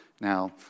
Now